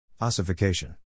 Ossification